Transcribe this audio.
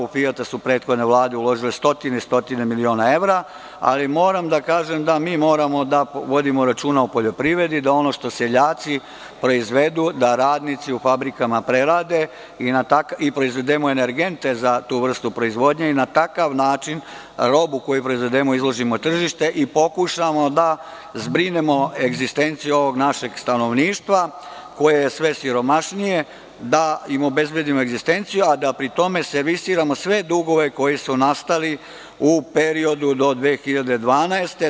U „Fijata“ su prethodne Vlade uložile stotine, stotine miliona evra, ali moram da kažem da moramo da vodimo računa o poljoprivredi, da ono što seljaci proizvodu da radnici u fabrikama prerade, da proizvedemo energente za tu vrstu proizvodnje i da na takav način robu koju proizvedemo iznesemo na tržište, kao i da pokušamo da zbrinemo egzistenciju ovog naše stanovništva koje je sve siromašnije, da im obezbedimo egzistenciju, a da pri tome servisiramo sve dugove koji su nastali u periodu do 2012. godine.